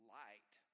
light